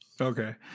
Okay